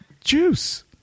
Juice